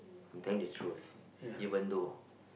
I'm telling the truth even though